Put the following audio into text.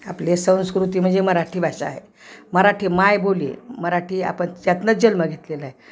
आपली संस्कृती म्हणजे मराठी भाषा आहे मराठी मायबोली मराठी आपण त्यातूनच जन्म घेतलेला आहे